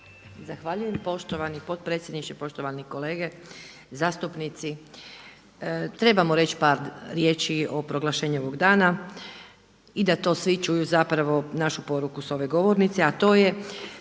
Zahvaljujem poštovani predsjedniče, poštovani kolege zastupnici. Trebamo reći par riječi o proglašenju ovog dana i da to svi čuju zapravo našu poruku sa ove govornice, a to je